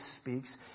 speaks